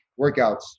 workouts